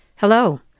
Hello